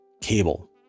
cable